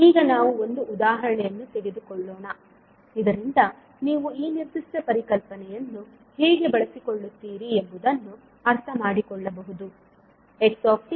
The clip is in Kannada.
ಈಗ ನಾವು ಒಂದು ಉದಾಹರಣೆಯನ್ನು ತೆಗೆದುಕೊಳ್ಳೋಣ ಇದರಿಂದ ನೀವು ಈ ನಿರ್ದಿಷ್ಟ ಪರಿಕಲ್ಪನೆಯನ್ನು ಹೇಗೆ ಬಳಸಿಕೊಳ್ಳುತ್ತೀರಿ ಎಂಬುದನ್ನು ಅರ್ಥಮಾಡಿಕೊಳ್ಳಬಹುದು